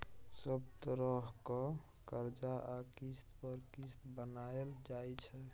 सब तरहक करजा आ किस्त पर किस्त बनाएल जाइ छै